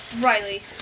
Riley